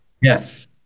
Yes